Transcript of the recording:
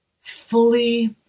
fully